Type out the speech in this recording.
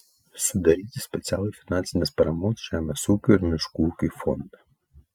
sudaryti specialųjį finansinės paramos žemės ūkiui ir miškų ūkiui fondą